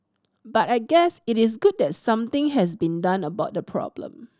but I guess it is good that something has been done about the problem